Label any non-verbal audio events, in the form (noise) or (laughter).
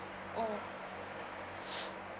mm (breath)